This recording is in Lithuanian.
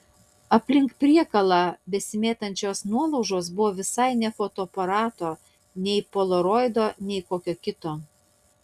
aplink priekalą besimėtančios nuolaužos buvo visai ne fotoaparato nei polaroido nei kokio kito